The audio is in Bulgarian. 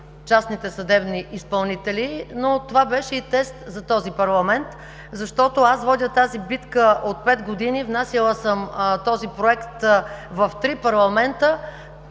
частните съдебни изпълнители, но това беше тест за този парламент, защото аз водя тази битка от пет години. Внасяла съм този проект в три парламента.